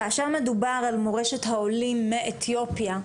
כאשר מדובר על מורשת העולים מאתיופיה,